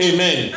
Amen